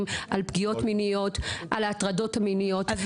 מגדרי): << יור >> את מקבלת דיווח על הטרדות מיניות מכל הגופים כאן?